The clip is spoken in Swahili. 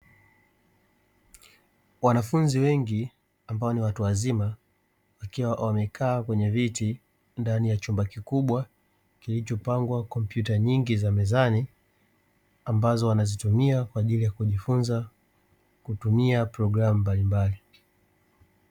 Wanafunzi wengi ambao ni watu wazima wakiwa wamekaa kwenye viti ndani ya chumba kikubwa kilichopangwa kompyuta nyingi za mezani ambazo wanakitumia kwa ajili ya kujifunza kutumia programu mbalimbali.